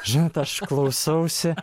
žinot aš klausausi